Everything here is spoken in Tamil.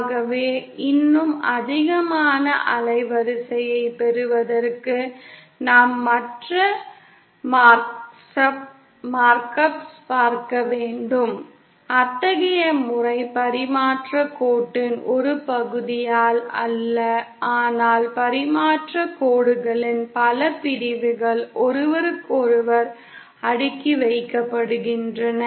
ஆகவே இன்னும் அதிகமான அலைவரிசையைப் பெறுவதற்கு நாம் மற்ற மார்க் அப்களைப் பார்க்க வேண்டும் அத்தகைய முறை பரிமாற்றக் கோட்டின் ஒரு பகுதியால் அல்ல ஆனால் பரிமாற்றக் கோடுகளின் பல பிரிவுகள் ஒன்றுடன் அடுக்கி வைக்கப்படுகின்றன